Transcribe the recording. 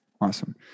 Awesome